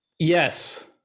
Yes